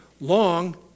long